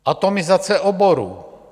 Atomizace oboru.